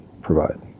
provide